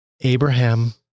Abraham